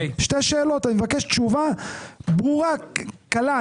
אני מבקש תשובה ברורה, קלה.